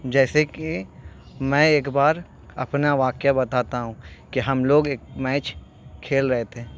جیسے کہ میں ایک بار اپنا واقعہ بتاتا ہوں کہ ہم لوگ ایک میچ کھیل رہے تھے